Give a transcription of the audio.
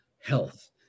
health